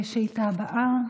השאילתה הבאה,